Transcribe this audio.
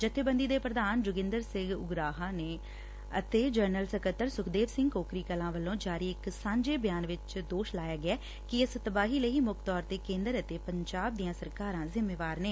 ਜਥੇਬੰਦੀ ਦੇ ਪ੍ਰਧਾਨ ਜੋਗਿੰਦਰ ਸਿੰਘ ਉਗਰਾਹਾਂ ਤੇ ਜਨਰਲ ਸਕੱਤਰ ਸੁਖਦੇਵ ਸਿੰਘ ਕੋਕਰੀ ਕਲਾਂ ਵਲੋਂ ਜਾਰੀ ਇਕ ਸਾਂਝੇ ਬਿਆਨ ਚ ਦੋਸ਼ ਲਾਇਆ ਗਿਆ ਐ ਕਿ ਇਸ ਤਬਾਹੀ ਲਈ ਮੁੱਖ ਤੌਰ ਤੇ ਕੇਂਦਰ ਅਤੇ ਪੰਜਾਬ ਦੀਆਂ ਸਰਕਾਰਾਂ ਜਿੰਮੇਵਾਰ ਨੇ